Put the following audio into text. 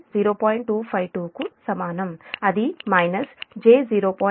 252 కు సమానం అది మైనస్ j 0